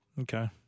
Okay